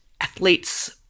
athlete's